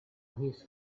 his